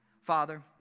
Father